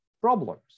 problems